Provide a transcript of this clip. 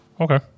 Okay